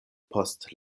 post